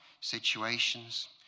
situations